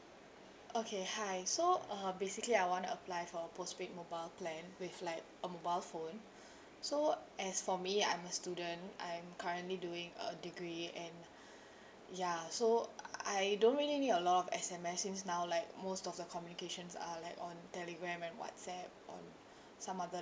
okay hi so uh basically I want to apply for a post paid mobile plan with like a mobile phone so as for me I'm a student I'm currently doing a degree and ya so I don't really need a lot of S_M_S since now like most of the communications are like on telegram and whatsapp or some other